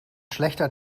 schlechter